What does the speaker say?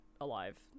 alive